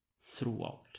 throughout